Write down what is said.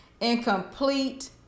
incomplete